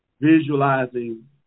visualizing